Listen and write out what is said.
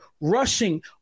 rushing